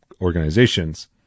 organizations